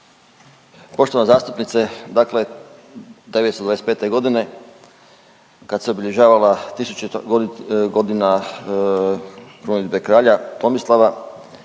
Poštovana zastupnice, dakle 925. godine kad se obilježavala 1000 godina krunidbe kralja Tomislava